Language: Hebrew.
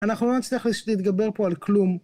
אנחנו לא נצטרך להתגבר פה על כלום